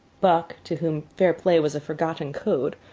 buck, to whom fair play was a forgotten code,